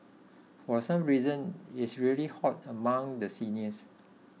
for some reason is really hot among the seniors